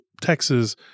Texas